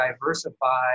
diversify